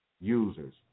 users